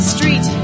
Street